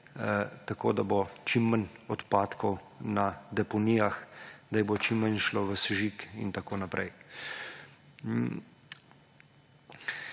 tako da bo čim manj odpadkov na deponijah, da jih bo šlo čim manj v sežig in tako naprej.